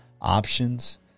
options